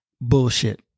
bullshit